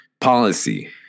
policy